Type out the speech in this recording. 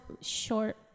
short